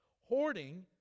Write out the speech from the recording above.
Hoarding